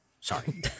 Sorry